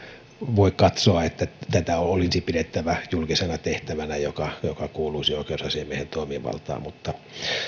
voi katsoa että tätä olisi pidettävä julkisena tehtävänä joka joka kuuluisi oikeusasiamiehen toimivaltaan mutta